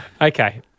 Okay